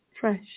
fresh